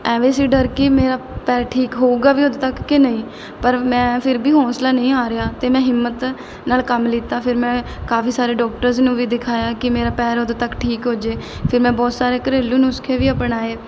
ਐਵੇਂ ਸੀ ਡਰ ਕਿ ਮੇਰਾ ਪੈਰ ਠੀਕ ਹੋਊਗਾ ਵੀ ਉਦੋਂ ਤੱਕ ਕਿ ਨਹੀਂ ਪਰ ਮੈਂ ਫਿਰ ਵੀ ਹੌਸਲਾ ਨਹੀਂ ਹਾਰਿਆ ਅਤੇ ਮੈਂ ਹਿੰਮਤ ਨਾਲ ਕੰਮ ਲਿੱਤਾ ਫਿਰ ਮੈਂ ਕਾਫੀ ਸਾਰੇ ਡੋਕਟਰਸ ਨੂੰ ਵੀ ਦਿਖਾਇਆ ਕਿ ਮੇਰਾ ਪੈਰ ਉਦੋਂ ਤੱਕ ਠੀਕ ਹੋ ਜਾਵੇ ਫਿਰ ਮੈਂ ਬਹੁਤ ਸਾਰੇ ਘਰੇਲੂ ਨੁਸਖੇ ਵੀ ਅਪਣਾਏ